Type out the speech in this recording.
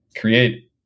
create